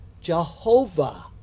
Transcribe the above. Jehovah